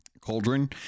cauldron